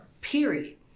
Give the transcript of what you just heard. Period